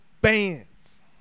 bands